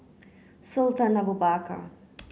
Sultan Abu Bakar